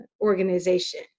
organization